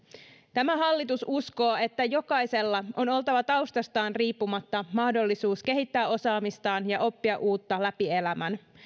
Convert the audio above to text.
tämä hallitus uskoo että jokaisella on oltava taustastaan riippumatta mahdollisuus kehittää osaamistaan ja oppia uutta läpi elämän